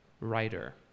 writer